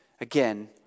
Again